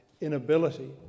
inability